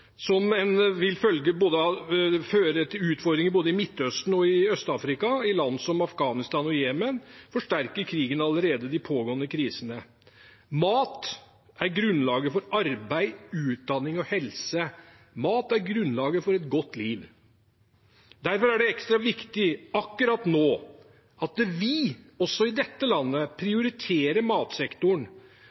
føre til utfordringer både i Midtøsten og i Øst-Afrika. I land som Afghanistan og Jemen forsterker krigen allerede de pågående krisene. Mat er grunnlaget for arbeid, utdanning og helse. Mat er grunnlaget for et godt liv. Derfor er det ekstra viktig akkurat nå at vi også i dette landet prioriterer matsektoren.